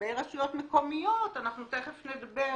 לגבי רשויות מקומיות אנחנו תיכף נדבר